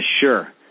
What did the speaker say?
sure